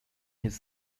his